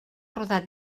rodat